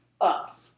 up